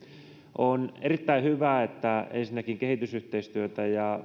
on erittäin hyvä että ensinnäkin kehitysyhteistyötä ja